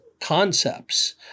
concepts